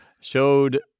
showed